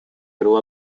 grew